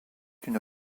une